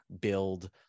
build